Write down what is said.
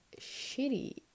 shitty